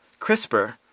CRISPR